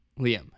Liam